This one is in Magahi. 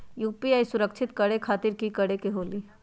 यू.पी.आई सुरक्षित करे खातिर कि करे के होलि?